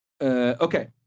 Okay